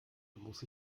muss